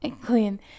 Clean